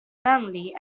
family